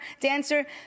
dancer